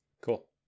Cool